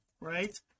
right